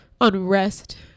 unrest